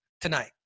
tonight